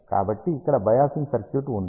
కాబట్టి ఇక్కడ biasing circuit ఉంది